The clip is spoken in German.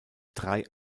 drei